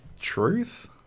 truth